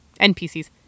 NPCs